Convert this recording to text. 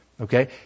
Okay